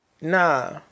nah